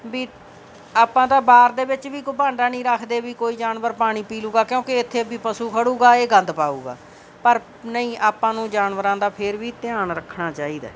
ਵੀ ਆਪਾਂ ਤਾਂ ਬਾਰ ਦੇ ਵਿੱਚ ਵੀ ਕੋਈ ਭਾਂਡਾ ਨਹੀਂ ਰੱਖਦੇ ਵੀ ਕੋਈ ਜਾਨਵਰ ਪਾਣੀ ਪੀ ਲੂਗਾ ਕਿਉਂਕਿ ਇੱਥੇ ਵੀ ਪਸ਼ੂ ਖੜੂਗਾ ਇਹ ਗੰਦ ਪਾਊਗਾ ਪਰ ਨਹੀਂ ਆਪਾਂ ਨੂੰ ਜਾਨਵਰਾਂ ਦਾ ਫਿਰ ਵੀ ਧਿਆਨ ਰੱਖਣਾ ਚਾਹੀਦਾ